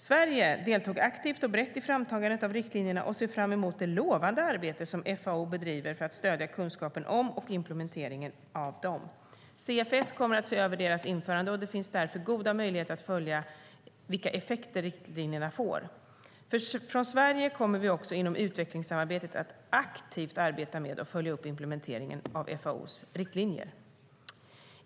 Sverige deltog aktivt och brett i framtagandet av riktlinjerna, och vi ser fram emot det lovande arbete som FAO bedriver för att stödja kunskapen om och implementeringen av dem. CFS kommer att se över deras införande, och det finns därför goda möjligheter att följa vilka effekter riktlinjerna får. Från Sverige kommer vi också inom utvecklingssamarbetet att aktivt arbeta med och följa upp implementeringen av FAO:s riktlinjer.